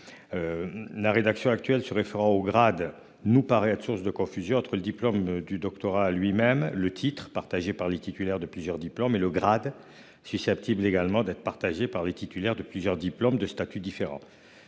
La rédaction actuelle se référant au grade nous paraît être source de confusion entre le diplôme du doctorat à lui-même le titre partagé par les titulaire de plusieurs diplômes et le grade susceptibles également d'être partagé par les titulaire de plusieurs diplômes de statuts différents.